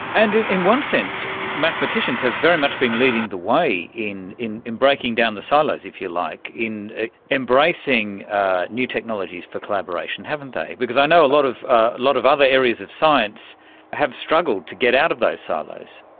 and in in one sense mathematicians have very much been leading the way in in breaking down the silos, if you like, in embracing new technologies for collaboration, haven't they. because i know a lot of ah lot of other areas of science have struggled to get out of those silos.